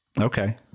Okay